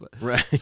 Right